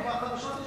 זה כבר חדשות ישנות.